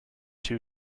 two